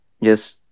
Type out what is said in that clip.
Yes